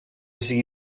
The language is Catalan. sigui